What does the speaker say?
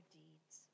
deeds